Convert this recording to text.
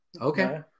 okay